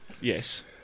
Yes